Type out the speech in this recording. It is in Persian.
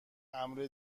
امر